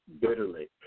bitterly